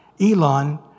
Elon